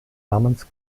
namens